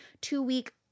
two-week